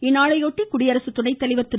இந்நாளையொட்டி குடியரசு துணைத்தலைவர் திரு